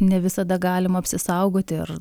ne visada galim apsisaugoti ar